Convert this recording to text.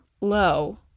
low